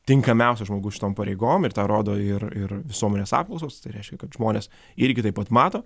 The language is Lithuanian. tinkamiausias žmogus šitom pareigom ir tą rodo ir ir visuomenės apklausos tai reiškia kad žmonės irgi taip pat mato